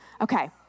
Okay